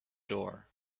door